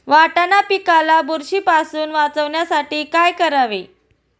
वाटाणा पिकाला बुरशीपासून वाचवण्यासाठी काय करावे?